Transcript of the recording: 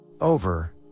Over